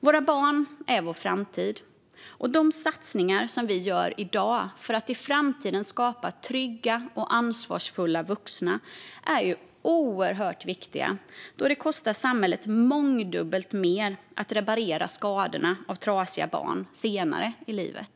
Våra barn är vår framtid, och de satsningar vi gör i dag för att i framtiden skapa trygga och ansvarsfulla vuxna är oerhört viktiga då det kostar samhället mångdubbelt mer att reparera skadorna hos trasiga barn senare i livet.